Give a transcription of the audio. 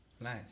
Nice